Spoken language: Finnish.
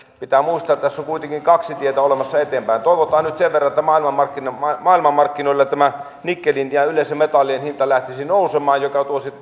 pitää muistaa että tässä on kuitenkin kaksi tietä olemassa eteenpäin toivotaan nyt sen verran että maailmanmarkkinoilla maailmanmarkkinoilla tämä nikkelin ja yleensä metallien hinta lähtisi nousemaan mikä